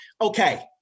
okay